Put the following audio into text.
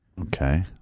Okay